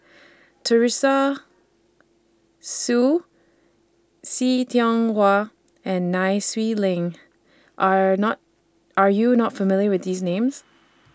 Teresa Hsu See Tiong Wah and Nai Swee Leng Are not Are YOU not familiar with These Names